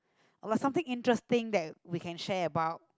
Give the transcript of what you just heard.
oh but something interesting that we can share about